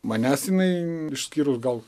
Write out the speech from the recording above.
manęs jinai išskyrus gal